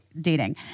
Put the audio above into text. dating